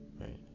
right